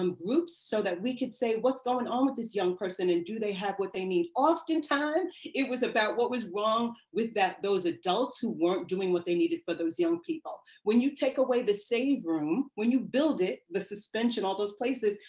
um so that we could say what's going on with this young person and do they have what they need? oftentimes it was about what was wrong with those adults who weren't doing what they needed for those young people. when you take away the safe room, when you build it, the suspension, all those places,